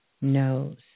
knows